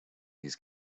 his